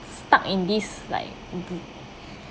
stuck in this like